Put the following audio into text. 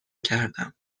کردم